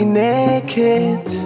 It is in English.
naked